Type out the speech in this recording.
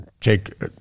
take